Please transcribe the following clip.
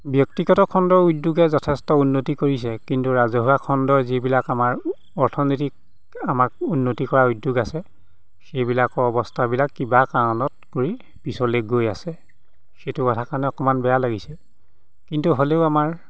ব্যক্তিগত খণ্ডৰ উদ্যোগে যথেষ্ট উন্নতি কৰিছে কিন্তু ৰাজহুৱা খণ্ডই যিবিলাক আমাৰ অৰ্থনীতিক আমাক উন্নতি কৰাৰ উদ্যোগ আছে সেইবিলাকৰ অৱস্থাবিলাক কিবা কাৰণত পৰি পিছলৈ গৈ আছে সেইটো কথাৰ কাৰণে অকণমান বেয়া লাগিছে কিন্তু হ'লেও আমাৰ